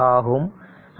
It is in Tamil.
ஆகும்